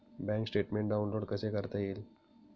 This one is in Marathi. बँक स्टेटमेन्ट डाउनलोड कसे करता येईल?